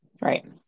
Right